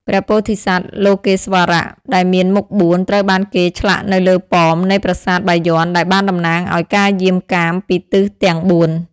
ព្រះពោធិសត្វលោកេស្វរៈដែលមានមុខបួនត្រូវបានគេឆ្លាក់នៅលើប៉មនៃប្រាសាទបាយ័នដែលបានតំណាងឲ្យការយាមកាមពីទិសទាំងបួន។